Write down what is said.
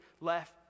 left